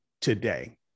today